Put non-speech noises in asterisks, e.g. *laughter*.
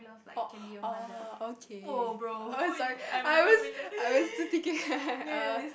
oh oh okay err sorry I was I was still thinking *laughs* err